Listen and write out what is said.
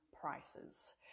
prices